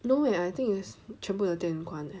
no eh I think it's 全部的店关